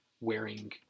wearing